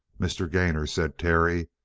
mr. gainor, said terry,